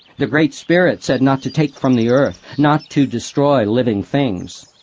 the great spirit said not to take from the earth not to destroy living things.